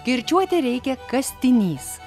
kirčiuoti reikia kastinys